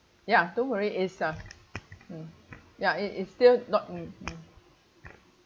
ya don't worry is uh mm ya it is still not mm mm